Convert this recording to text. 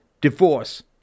divorce